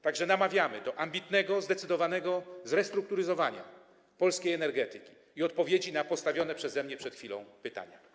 Tak że namawiamy do ambitnego, zdecydowanego zrestrukturyzowania polskiej energetyki i odpowiedzi na postawione przeze mnie przed chwilą pytania.